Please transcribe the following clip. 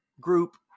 group